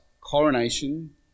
coronation